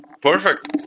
Perfect